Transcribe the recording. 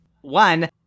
One